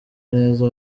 neza